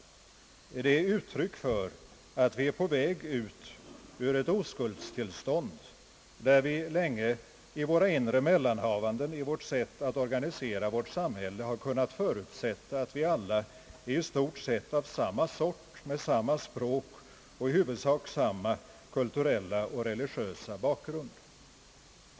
Det är ett uttryck för att vi är på väg ut ur ett oskuldstillstånd, där vi länge i våra inre mellanhavanden, i vårt sätt att organisera vårt samhälle har kunnat förutsätta att vi alla i stort sett är av samma sort, med samma språk och i huvudsak samma kulturella och religiösa bakgrund.